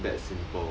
that simple